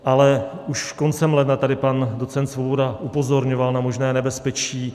Ale už koncem ledna tady pan docent Svoboda upozorňoval na možné nebezpečí.